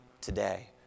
today